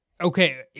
Okay